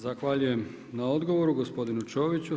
Zahvaljujem na odgovoru gospodinu Čoviću.